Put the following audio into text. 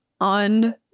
on